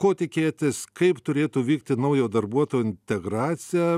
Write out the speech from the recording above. ko tikėtis kaip turėtų vykti naujo darbuotojo integracija